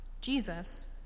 Jesus